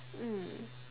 mm